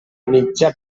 mitja